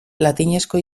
latinezko